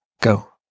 go